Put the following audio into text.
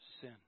sin